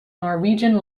norwegian